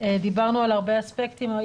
דיברנו על הרבה אספקטים,